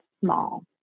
small